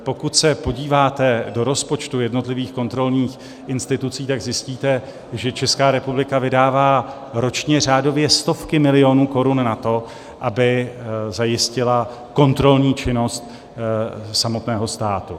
Pokud se totiž podíváte do rozpočtu jednotlivých kontrolních institucí, tak zjistíte, že Česká republika vydává ročně řádově stovky milionů korun na to, aby zajistila kontrolní činnost samotného státu.